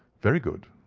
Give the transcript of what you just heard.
very good,